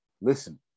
Listen